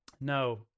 no